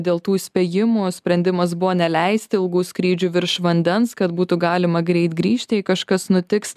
dėl tų įspėjimų sprendimas buvo neleisti ilgų skrydžių virš vandens kad būtų galima greit grįžti jei kažkas nutiks